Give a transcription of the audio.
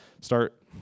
start